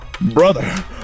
brother